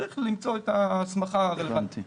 צריך למצוא את ההסמכה הרלוונטית.